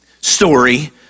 Story